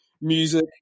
music